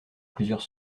plusieurs